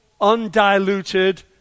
undiluted